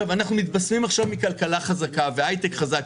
אנחנו מתבשמים עכשיו מכלכלה חזקה והייטק חזק,